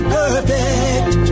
perfect